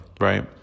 right